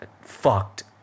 fucked